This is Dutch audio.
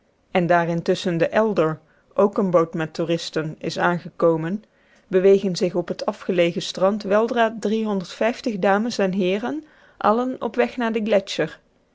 en daar intusschen de elder ook een boot met toeristen is aangekomen bewegen zich op het afgelegen strand weldra dames en heeren allen op weg naar den